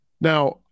Now